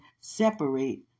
separate